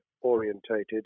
orientated